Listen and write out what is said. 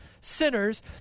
sinners